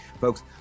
Folks